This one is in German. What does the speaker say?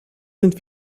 sind